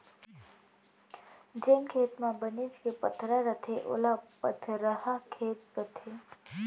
जेन खेत म बनेच के पथरा रथे ओला पथरहा खेत कथें